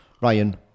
Ryan